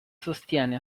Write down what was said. sostiene